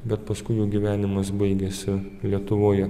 bet paskui jų gyvenimas baigėsi lietuvoje